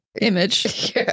image